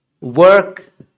Work